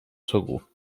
segur